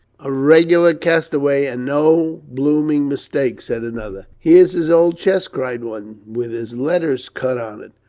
a regular castaway, and no blooming mistake, said another. here's his old chest, cried one, with his letters cut on it.